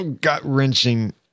gut-wrenching